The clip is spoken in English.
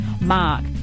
Mark